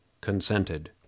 consented